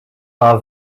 are